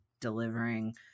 delivering